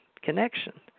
connection